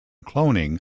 cloning